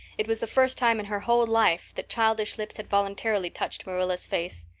it was the first time in her whole life that childish lips had voluntarily touched marilla's face.